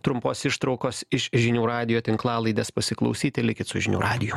trumpos ištraukos iš žinių radijo tinklalaidės pasiklausyti likit su žinių radiju